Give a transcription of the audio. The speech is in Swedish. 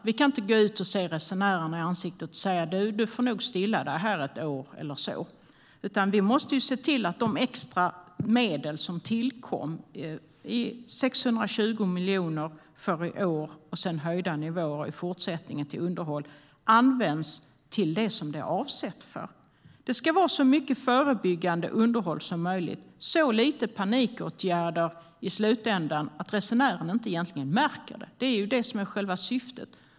Vi kan inte gå ut och se resenärerna i ansiktet och säga "du, du får nog stilla dig här ett år eller så", utan vi måste se till att de extra medel som tillkommit - 620 miljoner för i år och sedan höjda nivåer i fortsättningen för underhåll - används till det som de är avsedda för. Det ska vara så mycket förebyggande underhåll som möjligt och så lite panikåtgärder i slutändan att resenären egentligen inte märker det. Det är det som är själva syftet.